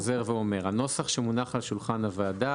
הנוסח שמונח על שולחן הוועדה,